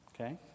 Okay